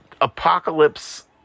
apocalypse